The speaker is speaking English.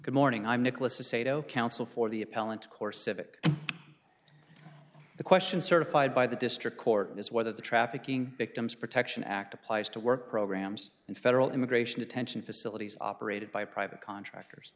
good morning i'm nicholas a sado counsel for the appellant course of it the question certified by the district court is whether the trafficking victims protection act applies to work programs in federal immigration detention facilities operated by private contractors